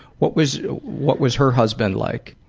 what was what was her husband like?